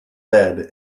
bed